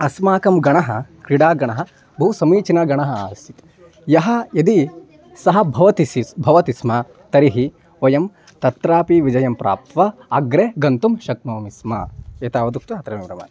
अस्माकं गणः क्रीडागणः बहु समीचीनगणः आसीत् यः यदि सः भवति स्म भवति स्म तर्हि वयं तत्रापि विजयं प्राप्य अग्रे गन्तुं शक्नोमि स्म एतावदुक्त्वा अत्रैव विरमामि